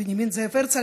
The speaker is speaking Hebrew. בנימין זאב הרצל,